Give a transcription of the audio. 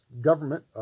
government